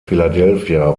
philadelphia